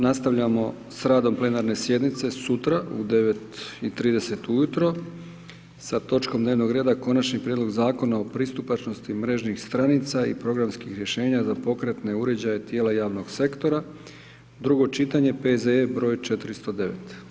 Nastavljamo s radom plenarne sjednice sutra u 9 i 30 ujutro s točkom dnevnog reda Konačni prijedlog Zakona o pristupačnosti mrežnih stranica i programskih rješenja za pokretne uređaje tijela javnog sektora, drugo čitanje, P.Z.E. broj 409.